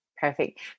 Perfect